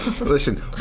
Listen